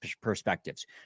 perspectives